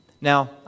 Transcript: Now